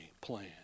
plan